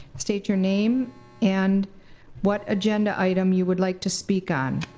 state your name and what agenda item you would like to speak on.